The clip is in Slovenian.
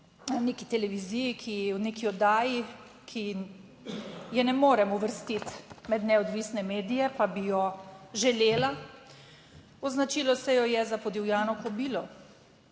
neki televiziji, ki, v neki oddaji, ki je ne morem uvrstiti med neodvisne medije, pa bi jo želela, označilo se jo je za podivjano kobilo,